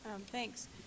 Thanks